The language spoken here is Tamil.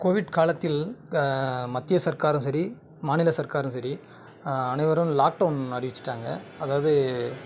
கோவிட் காலத்தில் மத்திய சர்க்காரும் சரி மாநில சர்க்காரும் சரி அனைவரும் லாக்டவுன் அறிவிச்சிட்டாங்கள் அதாவது